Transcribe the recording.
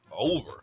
over